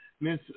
Miss